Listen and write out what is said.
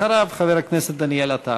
אחריו, חבר הכנסת דניאל עטר.